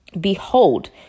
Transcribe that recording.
behold